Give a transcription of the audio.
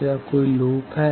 क्या कोई लूप है